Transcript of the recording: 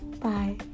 Bye